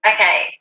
Okay